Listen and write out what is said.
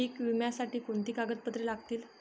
पीक विम्यासाठी कोणती कागदपत्रे लागतील?